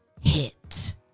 hit